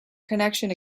connection